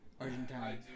Argentina